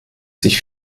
sich